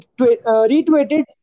retweeted